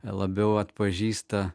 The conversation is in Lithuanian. labiau atpažįsta